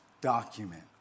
document